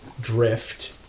drift